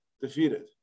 defeated